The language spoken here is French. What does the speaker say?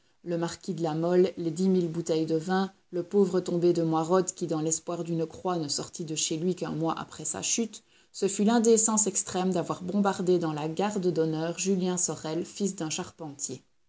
le marquis de la mole les dix mille bouteilles de vin le pauvre tombé de moirod qui dans l'espoir d'une croix ne sortit de chez lui qu'un mois après sa chute ce fut l'indécence extrême d'avoir bombardé dans la garde d'honneur julien sorel fils d'un charpentier